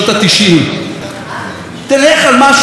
תלך על משהו שכרוך בזמן של עכשיו.